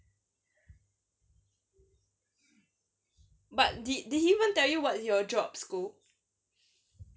but did he even tell you what's your job scope oh well